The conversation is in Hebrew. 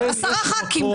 עשרה חברי כנסת.